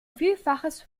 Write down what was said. vielfaches